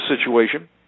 situation